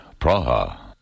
Praha